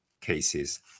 cases